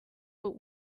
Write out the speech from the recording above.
but